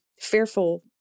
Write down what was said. fearful